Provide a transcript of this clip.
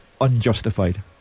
unjustified